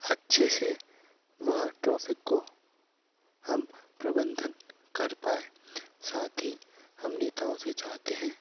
अच्छे से वह ट्रॉफिक को हम प्रबंधन कर पाएं साथ ही हम नेताओं से चाहते हैं